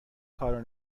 کارو